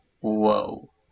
whoa